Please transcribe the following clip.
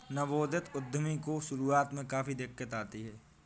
नवोदित उद्यमी को शुरुआत में काफी दिक्कत आती है